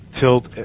tilt